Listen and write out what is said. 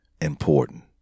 important